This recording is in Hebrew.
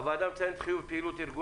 הוועדה מציינת לחיוב את פעילות ארגון